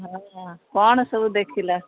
ହଁ କ'ଣ ସବୁ ଦେଖିଲ